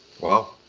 Wow